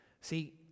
See